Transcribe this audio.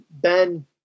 Ben